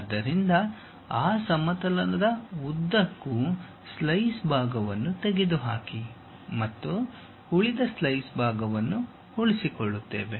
ಆದ್ದರಿಂದ ಆ ಸಮತಲದ ಉದ್ದಕ್ಕೂ ಸ್ಲೈಸ್ ಭಾಗವನ್ನು ತೆಗೆದುಹಾಕಿ ಮತ್ತು ಉಳಿದ ಸ್ಲೈಸ್ ಭಾಗವನ್ನು ಉಳಿಸಿಕೊಳ್ಳುತ್ತೇವೆ